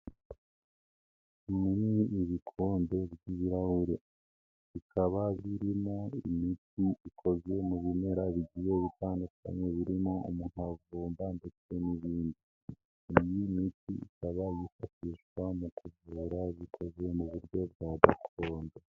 Ni ibikombe by'ibirahure bikaba birimo imiti ikozwe mu bimera bigiye bitandukanye. Birimo umuravumba ndetse n'ibindi. Iyi miti ikaba yifashishwa mukuvura ibisazi mu buryo bwa gakondo.